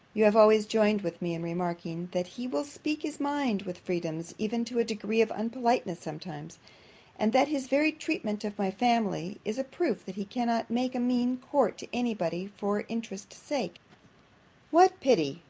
you have always joined with me in remarking, that he will speak his mind with freedom, even to a degree of unpoliteness sometimes and that his very treatment of my family is a proof that he cannot make a mean court to any body for interest sake what pity,